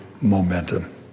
momentum